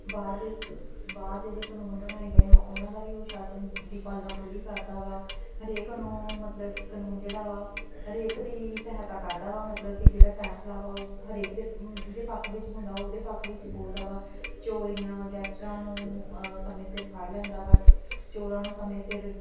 ਬਾਰ ਵਿੱਚ ਬਾਹਰ ਜਿਹੜੇ ਕਾਨੂੰਨ ਬਣਾਏ ਗਏ ਹੈ ਉਹਨਾਂ ਦਾ ਵੀ ਅਨੁਸ਼ਾਸ਼ਨ ਦੀ ਪਾਲਣਾ ਪੂਰੀ ਕਰਦਾ ਵਾ ਹਰੇਕ ਨੂੰ ਮਤਲਬ ਕਿ ਕਾਨੂੰਨ ਜਿਹੜਾ ਵਾ ਹਰੇਕ ਦੀ ਸਹਾਇਤਾ ਕਰਦਾ ਵਾ ਮਤਲਬ ਕਿ ਜਿਹੜਾ ਫ਼ੈਸਲਾ ਵਾ ਉਹ ਹਰੇਕ ਦੇ ਜਿਹਦੇ ਪੱਖ ਵਿੱਚ ਹੁੰਦਾ ਉਹਦੇ ਪੱਖ ਵਿੱਚ ਬੋਲਦਾ ਵਾ ਚੋਰੀਆਂ ਗੈਸਟਰਾਂ ਨੂੰ ਸਮੇਂ ਸਿਰ ਫੜ ਲੈਂਦਾ ਵਾ ਚੋਰਾਂ ਨੂੰ ਸਮੇਂ ਸਿਰ